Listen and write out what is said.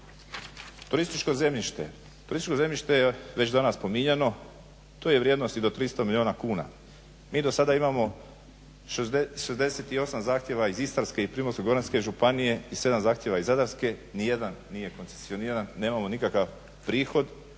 Turističko zemljište. Turističko zemljište je već danas spominjano. To je vrijednost i do 300 milijuna kuna. Mi do sada imamo 68 zahtjeva iz Istarske i Primorsko-goranske županije i 7 zahtjeva iz Zadarske. Ni jedan nije koncesioniran, nemamo nikakav prihod,